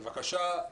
בבקשה.